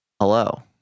hello